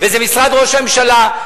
וזה משרד ראש הממשלה.